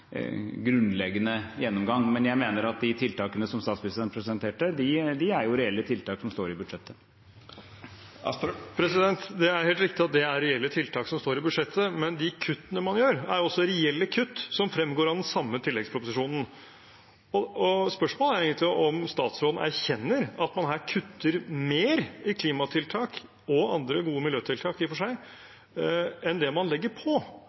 grunnleggende gjennomgang. Men jeg mener at de tiltakene som statsministeren presenterte, de er jo reelle tiltak som står i budsjettet. Nikolai Astrup – til oppfølgingsspørsmål. Det er helt riktig at det er reelle tiltak som står i budsjettet, men de kuttene man gjør, er også reelle kutt, som fremgår av den samme tilleggsproposisjonen. Spørsmålet er egentlig om statsråden erkjenner at man her kutter mer i klimatiltak – og i andre gode miljøtiltak, i og for seg – enn det man legger på,